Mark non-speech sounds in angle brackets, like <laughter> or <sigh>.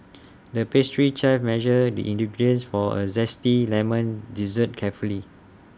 <noise> the pastry chef measured the ingredients for A Zesty Lemon Dessert carefully